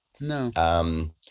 No